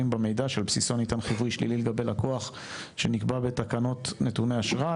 במידע שעל בסיסו ניתן חיווי שלילי לגבי לקוח שנקבע בתקנות נתוני אשראי,